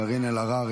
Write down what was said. קארין אלהרר,